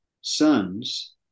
sons